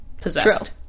possessed